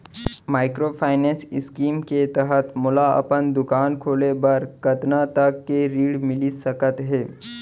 Microfinance scheme के तहत मोला अपन दुकान खोले बर कतना तक के ऋण मिलिस सकत हे?